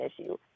issue